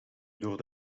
door